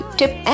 tip